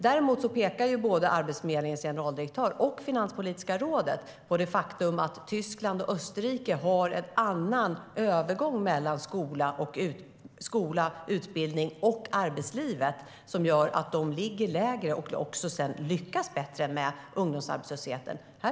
Däremot pekar både Arbetsförmedlingens generaldirektör och Finanspolitiska rådet på det faktum att Tyskland och Österrike har en annan övergång mellan skola, utbildning och arbetsliv som gör att de bättre lyckas hantera ungdomsarbetslösheten.